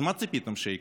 אז מה ציפיתם שיקרה?